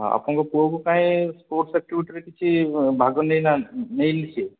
ଆପଣଙ୍କ ପୁଅକୁ କାଇଁ ସ୍ପୋର୍ଟସ୍ ଏକ୍ଟିଭିଟିରେ କିଛି ଭାଗ ନେଇନାହାନ୍ତି ନେଇନି ସିଏ